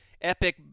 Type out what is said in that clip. epic